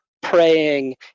praying